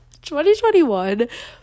2021